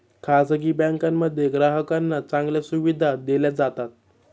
खासगी बँकांमध्ये ग्राहकांना चांगल्या सुविधा दिल्या जातात